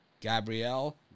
Gabrielle